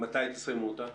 מתי תסיימו אותה?